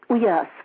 Yes